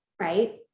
right